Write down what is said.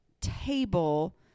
table